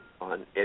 on